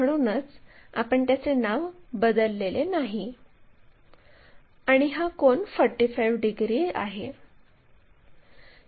म्हणूनच आपण त्याचे नाव बदललेले नाहीये आणि हा कोन 45 डिग्री आहे